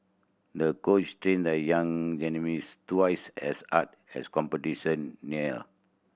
the coach trained the young gymnast twice as hard as competition neared